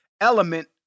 element